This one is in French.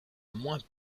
moins